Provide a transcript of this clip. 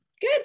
good